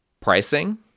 pricing